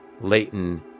Leighton